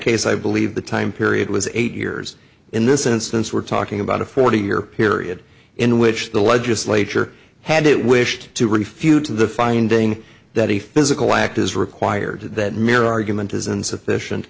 case i believe the time period was eight years in this instance we're talking about a forty year period in which the legislature had it wished to refute the finding that a physical act is required that mere argument is insufficient